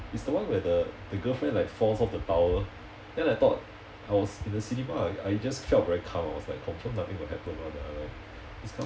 it's the one where the girlfriend like falls off the tower then I thought I was in the cinema I I just felt very calm I was like confirm nothing will happen [one] ah